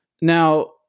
Now